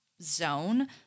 zone